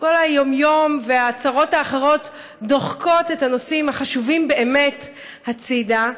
כל היום-יום והצרות האחרות דוחקים את הנושאים החשובים באמת הצידה.